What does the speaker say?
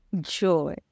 joy